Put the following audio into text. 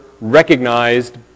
recognized